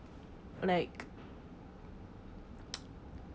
like